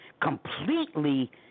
completely